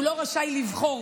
והוא לא רשאי לבחור